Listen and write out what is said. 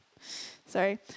Sorry